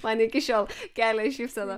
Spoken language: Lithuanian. man iki šiol kelia šypseną